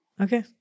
Okay